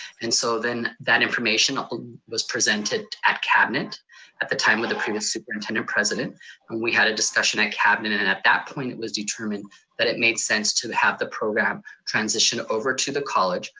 and so then that information was presented at cabinet at the time, with the previous superintendent-president. and we had a discussion at cabinet, and at that point it was determined that it made sense to have the program transition over to the college,